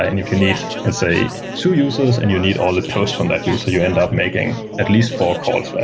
and if you need, let's say, two users and you need all the tools from that user, you end up making at least four calls.